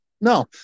no